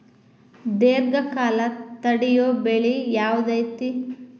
ದೇರ್ಘಕಾಲ ತಡಿಯೋ ಬೆಳೆ ಯಾವ್ದು ಐತಿ?